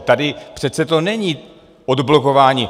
Tady to přece není odblokování.